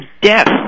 death